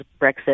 Brexit